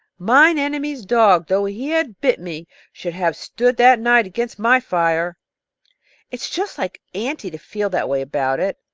mine enemy's dog, though he had bit me, should have stood that night against my fire it is just like auntie to feel that way about it,